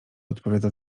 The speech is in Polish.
odpowiada